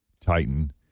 Titan